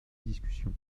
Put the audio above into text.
discussion